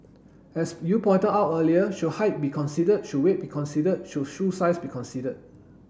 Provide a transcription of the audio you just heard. as you pointed out earlier should height be considered should weight be considered should shoe size be considered